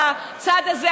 בצד הזה,